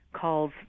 Calls